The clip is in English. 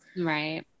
Right